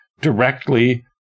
directly